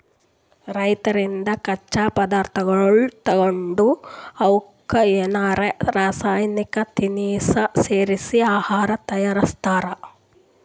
ರೈತರಿಂದ್ ಕಚ್ಚಾ ಪದಾರ್ಥಗೊಳ್ ತಗೊಂಡ್ ಅವಕ್ಕ್ ಏನರೆ ರಾಸಾಯನಿಕ್ ತಿನಸ್ ಸೇರಿಸಿ ಆಹಾರ್ ತಯಾರಿಸ್ತಾರ್